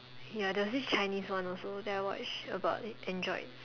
ya there was this Chinese one also that I watched about androids